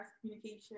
communication